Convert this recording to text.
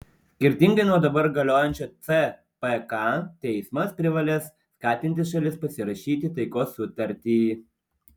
skirtingai nuo dabar galiojančio cpk teismas privalės skatinti šalis pasirašyti taikos sutartį